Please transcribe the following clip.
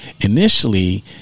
Initially